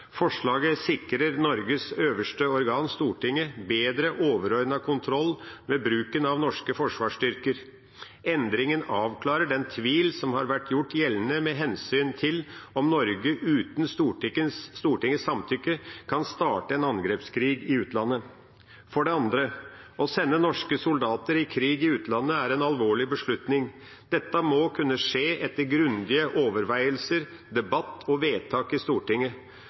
sikrer forslaget Norges øverste organ, Stortinget, bedre overordnet kontroll med bruken av norske forsvarsstyrker. Endringen avklarer den tvil som har vært gjort gjeldende med hensyn til om Norge uten Stortingets samtykke kan starte en angrepskrig i utlandet. For det andre er det å sende norske soldater i krig i utlandet en alvorlig beslutning. Dette må kun skje etter grundige overveielser, debatt og vedtak i Stortinget.